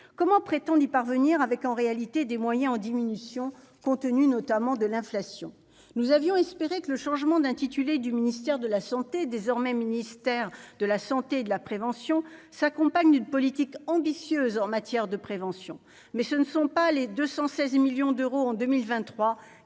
comment prétendent y parvenir avec en réalité des moyens en diminution, compte tenu notamment de l'inflation, nous avions espéré que le changement d'intitulé du ministère de la Santé, désormais, ministère de la Santé et de la prévention s'accompagne d'une politique ambitieuse en matière de prévention mais ce ne sont pas les 216 millions d'euros en 2023